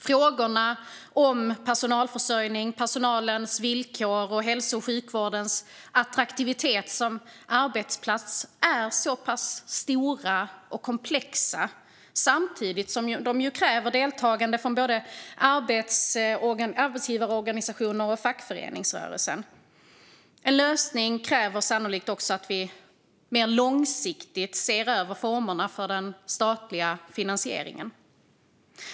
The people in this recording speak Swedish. Frågorna om personalförsörjningen, personalens villkor och hälso och sjukvårdens attraktivitet som arbetsplats är så pass stora och komplexa, samtidigt som de kräver deltagande från både arbetsgivarorganisationer och fackföreningsrörelsen. En lösning kräver sannolikt också att vi mer långsiktigt ser över formerna för den statliga finansieringen.